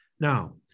Now